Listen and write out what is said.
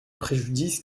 préjudice